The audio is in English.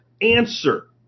answer